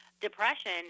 depression